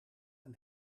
een